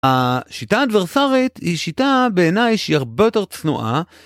השיטה האדברסרית היא שיטה בעיניי שהיא הרבה יותר צנועה